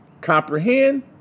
comprehend